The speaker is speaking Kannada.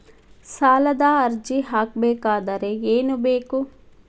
ಸಾಲದ ಅರ್ಜಿ ಹಾಕಬೇಕಾದರೆ ಏನು ಬೇಕು?